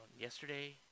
yesterday